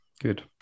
good